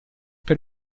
per